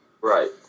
Right